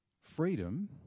Freedom